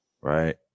Right